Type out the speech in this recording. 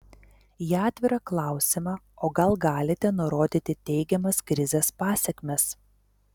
į atvirą klausimą o gal galite nurodyti teigiamas krizės pasekmes